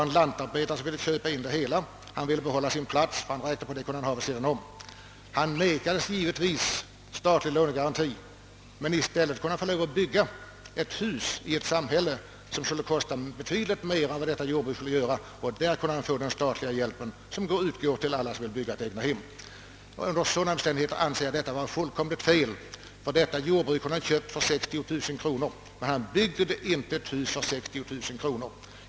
En lantarbetare ville köpa detta jordbruk. Han ville behålla sin plats och räknade med att kunna sköta jordbruket vid sidan om. Han fick givetvis ingen statlig lånegaranti. Däremot kunde han för att bygga ett hus i ett samhälle få den statliga hjälp som utgår till alla som bygger ett eget hem. Detta hus skulle kosta betydligt mer än det salubjudna jordbruket. Jag anser detta vara fullständigt fel. Detta jordbruk hade han kunnat köpa för 60 000 kronor, men man bygger inte ett egnahem för 60 000 kronor.